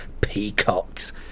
Peacocks